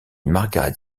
margaret